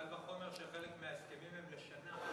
קל וחומר שחלק מההסכמים הם לשנה.